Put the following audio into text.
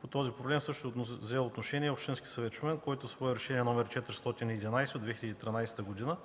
По този проблем е взел отношение Общински съвет – Шумен, който със свое Решение № 411 от 2013 г.